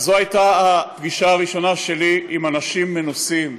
זו הייתה הפגישה הראשונה שלי עם אנשים מנוסים,